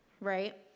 right